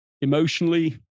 emotionally